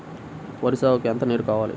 వరి సాగుకు ఎంత నీరు కావాలి?